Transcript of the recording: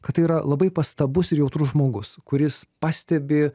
kad tai yra labai pastabus ir jautrus žmogus kuris pastebi